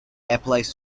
applies